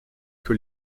que